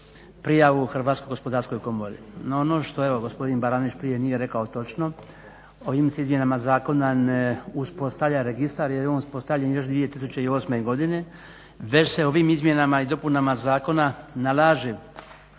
prijavu Hrvatskoj gospodarskoj komori. No ono što evo gospodin Baranović prije nije rekao točno, ovim se izmjenama zakona ne uspostavlja registar jer je on uspostavljen još 2008. godine, već se ovim izmjenama i dopunama zakona nalaže